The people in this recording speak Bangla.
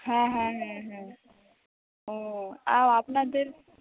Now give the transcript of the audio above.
হ্যাঁ হ্যাঁ হ্যাঁ হ্যাঁ ও আর আপনাদের